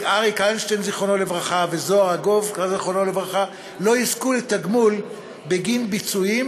אריק איינשטיין ז"ל וזוהר ארגוב ז"ל לא יזכו לתגמול בגין ביצועים,